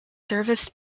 serviced